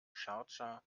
schardscha